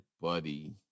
Buddy